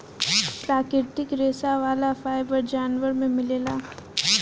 प्राकृतिक रेशा वाला फाइबर जानवर में मिलेला